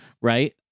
Right